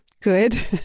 Good